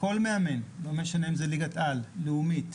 כל מאמן, לא משנה אם זו ליגת על, לאומית,